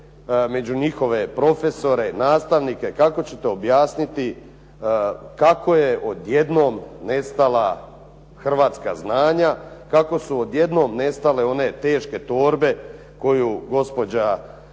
među njihove profesore, nastavnike, kako ćete objasniti kako je odjednom nestala hrvatska znanja, kako su odjednom nestale one teške torbe koju gospođa